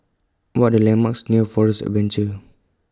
What Are The landmarks near Forest Adventure